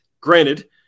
Granted